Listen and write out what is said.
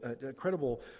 incredible